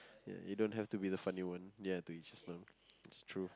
you don't have to be funny one yeah two inches long it's true